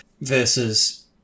versus